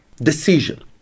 decision